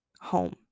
home